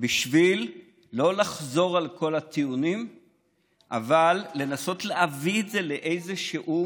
בשביל לא לחזור על כל הטיעונים אלא לנסות להביא את זה לאיזשהו